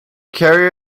carrier